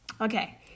Okay